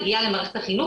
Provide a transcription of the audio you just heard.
מגיעה למערכת החינוך,